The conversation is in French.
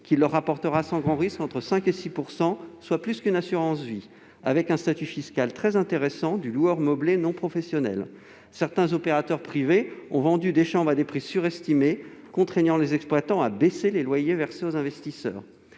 leur rapportera sans grand risque entre 5 % et 6 % par an, soit davantage qu'une assurance vie, avec un statut fiscal très intéressant de loueur meublé non professionnel. Certains opérateurs privés ont vendu des chambres à des prix surestimés, contraignant les exploitants à baisser les loyers versés aux investisseurs.